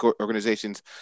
organizations